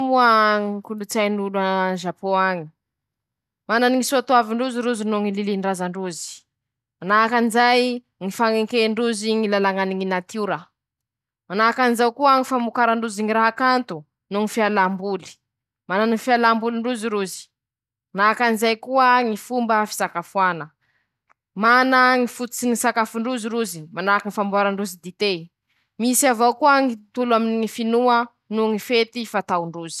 Manahaky anizao ñy kolotsay a brezily añy: -ñy fañajan-drozy ñy fomban-draza noho ñy soatoavy; manahaky anizay ñy fiaiñan-drozy andavanandro, ñy fankalazan-drozy ñy fetinykarnavaly ;manahaky anizay koa ñy fanavan-drozy ñy raha kanto noho ñy fialam-boly ;manahaky ñy moziky, ñy sary hosidoko noho ñy tsinjaky.